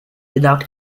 without